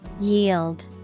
Yield